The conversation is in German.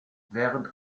während